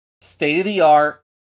state-of-the-art